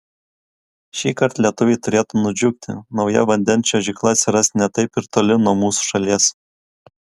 šįkart lietuviai turėtų nudžiugti nauja vandens čiuožykla atsiras ne taip ir toli nuo mūsų šalies